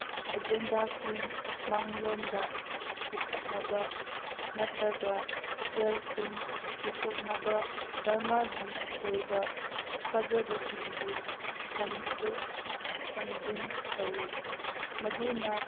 ꯑꯦꯖꯦꯟꯗꯥꯁꯤꯡ ꯃꯥꯡꯂꯣꯝꯗ ꯄꯨꯈꯠꯅꯕ ꯅꯠꯇ꯭ꯔꯒ ꯁꯦꯜ ꯊꯨꯝ ꯄꯨꯊꯣꯛꯅꯕ ꯙꯔꯃꯒꯤ ꯑꯣꯏꯕ ꯊꯥꯖꯕꯁꯤꯡꯕꯨ ꯁꯝꯗꯣꯛ ꯁꯝꯖꯤꯟ ꯇꯧꯋꯤ ꯃꯗꯨꯅ